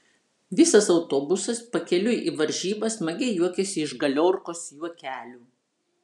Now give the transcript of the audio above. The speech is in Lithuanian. visas autobusas pakeliui į varžybas smagiai juokėsi iš galiorkos juokelių